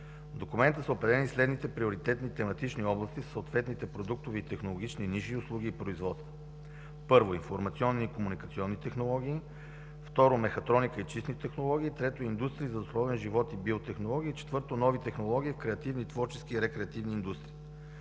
документа са определени следните приоритетни тематични области в съответните продуктови и технологични ниши, услуги и производства: Първо, информационни и комуникационни технологии. Второ, мехатроника и чисти технологии. Трето, индустрии за здравословен живот и биотехнологии. Четвърто, нови технологии, креативни, творчески и рекреативни индустрии.